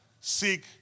Seek